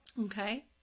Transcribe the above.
Okay